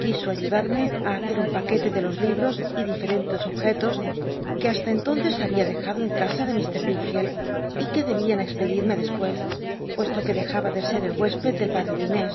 c uiso ayudarme i hacer un paquete de los lihtos y diferentes objetos que hasta entonces había dejado en casa de llfr wickfield y que debían expedirme dcspucs puesto que dejaba de sci el huésped del padl'c de jné